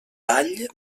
ball